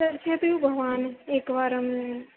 चर्चयतु भवान् एकवारम्